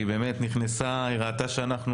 שהיא ראתה שאנחנו